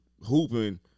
hooping